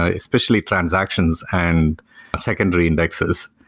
ah especially transactions and secondary indexes.